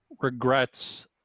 regrets